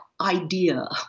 idea